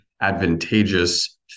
advantageous